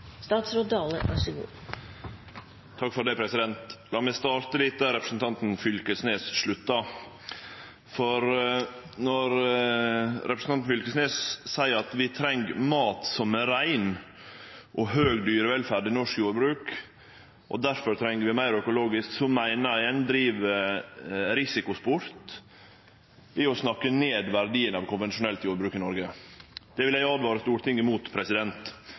rein, og høg dyrevelferd i norsk jordbruk, og at vi difor treng meir økologisk drift, meiner eg at ein driv risikosport, ved å snakke ned verdien av konvensjonelt jordbruk i Noreg. Det vil eg åtvare Stortinget